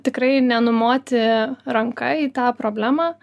tikrai nenumoti ranka į tą problemą